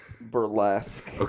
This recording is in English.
Burlesque